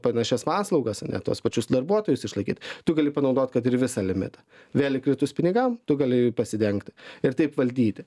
panašias paslaugas ane tuos pačius darbuotojus išlaikyt tu gali panaudot kad ir visą limitą vėl įkritus pinigam tu gali pasidengti ir taip valdyti